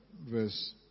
verse